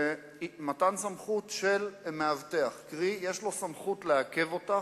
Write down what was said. מתן סמכות של מאבטח, קרי יש לו סמכות לעכב אותך,